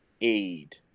aid